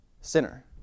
sinner